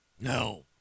No